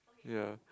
ya